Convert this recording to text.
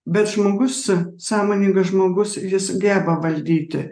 bet žmogus sąmoningas žmogus jis geba valdyti